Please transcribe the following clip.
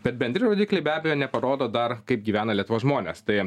bet bendri rodikliai be abejo neparodo dar kaip gyvena lietuvos žmonės tai